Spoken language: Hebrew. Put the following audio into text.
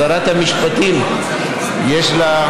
שתגדל ותראה איזה סרסור של שנאה אבא שלה היה,